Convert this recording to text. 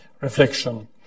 reflection